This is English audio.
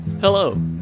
Hello